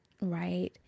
right